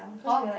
oh